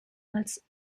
als